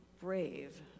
brave